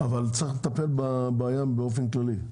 אבל צריך לטפל בבעיה באופן כללי.